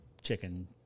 Chicken